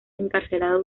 encarcelado